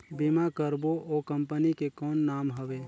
बीमा करबो ओ कंपनी के कौन नाम हवे?